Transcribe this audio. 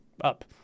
up